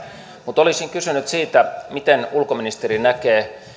mutta olisin kysynyt siitä miten ulkoministeri näkee